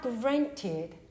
granted